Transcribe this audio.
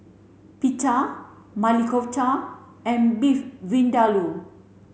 Pita Maili Kofta and Beef Vindaloo